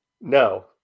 No